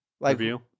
Review